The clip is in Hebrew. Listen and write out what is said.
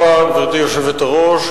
גברתי היושבת-ראש,